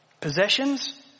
Possessions